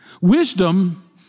Wisdom